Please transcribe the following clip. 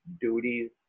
duties